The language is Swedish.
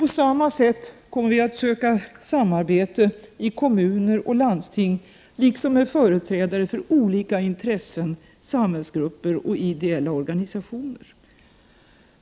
På samma sätt kommer vi att söka samarbete i kommuner och landsting, liksom med företrädare för olika intressen, samhällsgrupper och ideella organisationer.